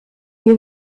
nie